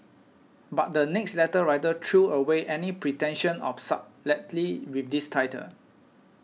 but the next letter writer threw away any pretension of subtlety with this title